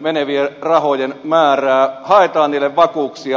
menevien rahojen määrää haetaan niille vakuuksia